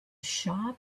shop